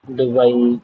Dubai